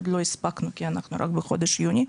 עוד לא הספקנו כי אנחנו רק בחודש יוני,